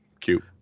Cute